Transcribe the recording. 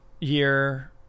year